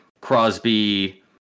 Crosby